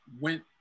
went